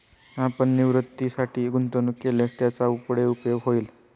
आपण निवृत्तीसाठी गुंतवणूक केल्यास त्याचा पुढे उपयोग होईल